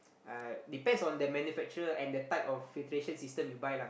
uh depends on the manufacturer and the type of filtration system you buy lah